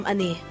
Ani